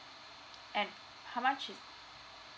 and how much is